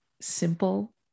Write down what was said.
simple